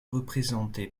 représenté